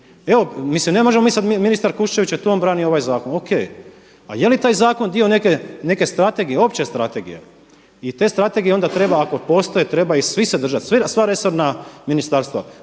Evo, mislim ne možemo mi sada, ministar Kuščević je tu, on brani ovaj zakon, O.K. A je li taj zakon dio neke strategije, opće strategije? I te strategije onda treba ako postoje, treba ih svi se držati, sva resorna ministarstva.